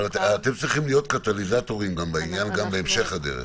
אתם צריכים להיות קטליזטורים בעניין גם בהמשך הדרך.